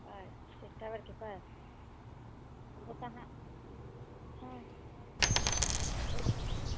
अच्छे टावरके पास ओ तऽ अहाँ हँ ओह